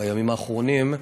בימים האחרונים,